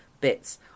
bits